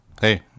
Hey